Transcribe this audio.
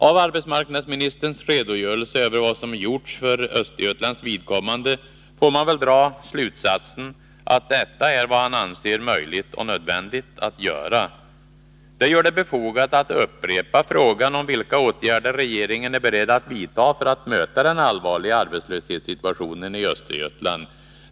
Av arbetsmarknadsministerns redogörelse över vad som gjorts för Östergötlands vidkommande får man väl dra slutsatsen att detta är vad han anser möjligt och nödvändigt att göra. Det gör det befogat att upprepa frågan om vilka åtgärder regeringen är beredd att vidta för att möta den allvarliga arbetslöshetssituationen i Östergötland.